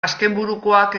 azkenburukoak